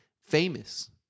famous